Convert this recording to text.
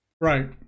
Right